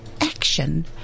Action